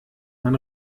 man